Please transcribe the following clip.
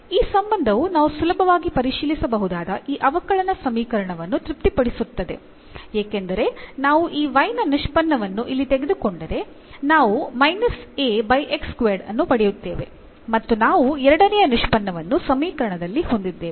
ಈ ಸಂಬಂಧವು ನಾವು ಸುಲಭವಾಗಿ ಪರಿಶೀಲಿಸಬಹುದಾದ ಈ ಅವಕಲನ ಸಮೀಕರಣವನ್ನು ತೃಪ್ತಿಪಡಿಸುತ್ತದೆ ಏಕೆಂದರೆ ನಾವು ಈ y ನ ನಿಷ್ಪನ್ನವನ್ನು ಇಲ್ಲಿ ತೆಗೆದುಕೊಂಡರೆ ನಾವು ಅನ್ನು ಪಡೆಯುತ್ತೇವೆ ಮತ್ತು ನಾವು ಎರಡನೇ ನಿಷ್ಪನ್ನವನ್ನು ಸಮೀಕರಣದಲ್ಲಿ ಹೊಂದಿದ್ದೇವೆ